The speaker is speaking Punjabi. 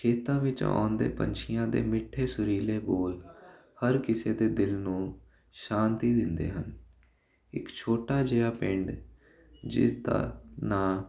ਖੇਤਾਂ ਵਿੱਚ ਆਉਂਦੇ ਪੰਛੀਆਂ ਦੇ ਮਿੱਠੇ ਸੁਰੀਲੇ ਬੋਲ ਹਰ ਕਿਸੇ ਦੇ ਦਿਲ ਨੂੰ ਸ਼ਾਂਤੀ ਦਿੰਦੇ ਹਨ ਇਕ ਛੋਟਾ ਜਿਹਾ ਪਿੰਡ ਜਿਸ ਦਾ ਨਾਂ